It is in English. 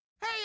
Hey